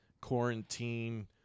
quarantine